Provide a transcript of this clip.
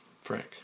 Frank